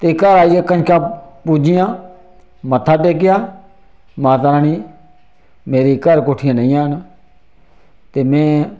ते घर आइयै कंजका पूजियां मत्था टेकेआ माता रानी मेरी घर कोठियां निं हैन ते में